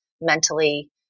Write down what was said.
mentally